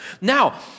Now